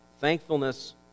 Thankfulness